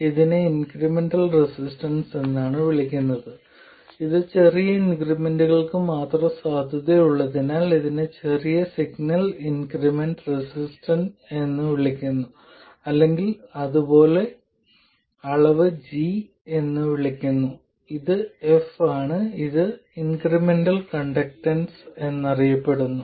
ഇതിനെ incremental resistance എന്ന് വിളിക്കുന്നു ഇത് ചെറിയ ഇൻക്രിമെന്റുകൾക്ക് മാത്രം സാധുതയുള്ളതിനാൽ ഇതിനെ ചെറിയ സിഗ്നൽ ഇൻക്രിമെന്റൽ റെസിസ്റ്റൻസ് എന്ന് വിളിക്കുന്നു അല്ലെങ്കിൽ അതുപോലെ അളവ് g എന്ന് വിളിക്കുന്നു ഇത് f ആണ് ഇത് ഇൻക്രിമെന്റൽ കണ്ടക്ടൻസ് എന്നറിയപ്പെടുന്നു